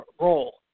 role